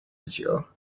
monsieur